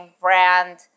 brand